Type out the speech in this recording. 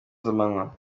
z’amanywa